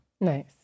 nice